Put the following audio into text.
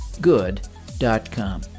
good.com